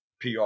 PR